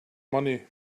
money